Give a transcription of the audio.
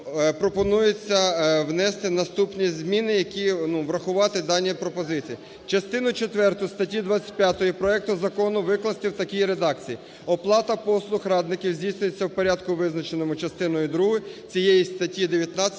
пропонується внести наступні зміни, які врахувати в даній пропозиції. Частину четверту статті 25 проекту закону викласти в такій редакції: "Оплата послуг радників здійснюється в порядку, визначеному частиною другою цієї статті 19